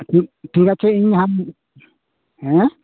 ᱴᱷᱤᱠ ᱴᱷᱤᱠ ᱟᱪᱷᱮ ᱤᱧ ᱟᱢ ᱦᱮᱸ